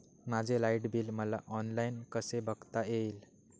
माझे light bill मला online कसे बघता येईल?